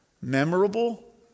memorable